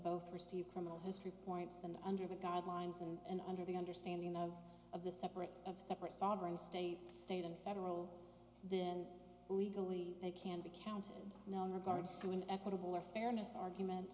both receive criminal history points then under the guidelines and under the understanding of of the separate of separate sovereign state state and federal then legally they can be counted and known regards to an equitable or fairness argument